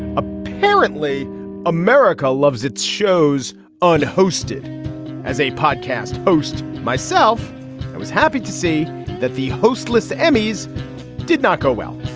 apparently america loves its shows on hosted as a podcast host myself. i was happy to see that the host lists emmys did not go well.